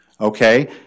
Okay